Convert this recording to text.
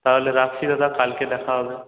তাহলে রাখছি দাদা কালকে দেখা হবে